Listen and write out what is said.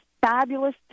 fabulous